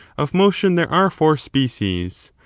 of motion there are four species,